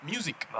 Music